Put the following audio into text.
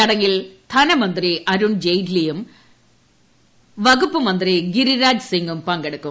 ചടങ്ങിൽ ധനമന്ത്രി അരുൺ ജെയ്റ്റ്ലിയും വകുപ്പ് മന്ത്രി ഗിരിരാജ് സിങ്ങും പങ്കെടുക്കും